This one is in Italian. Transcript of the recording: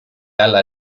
alla